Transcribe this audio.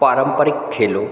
पारंपरिक खेलों